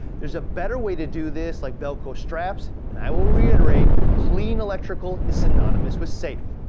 there's a better way to do this like velcro straps, and i will reiterate, clean electrical is synonymous with safe.